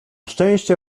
szczęście